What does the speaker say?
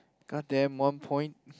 got them one point